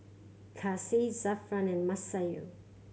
Kasih Zafran and Masayu